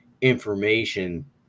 information